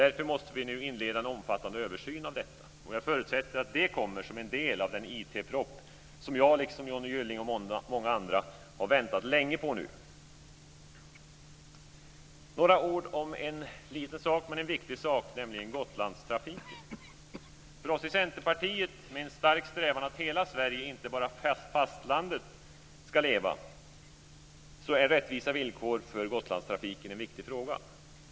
Därför måste vi nu inleda en omfattande översyn av detta. Jag förutsätter att det kommer som en del av den IT-proposition som jag, liksom Johnny Gylling och många andra, länge har väntat på. Sedan några ord om en liten, men viktig, sak, nämligen Gotlandstrafiken. För oss i Centerpartiet, som har en stark strävan att hela Sverige, inte bara fastlandet, ska leva, är rättvisa villkor för Gotlandstrafiken en viktig fråga.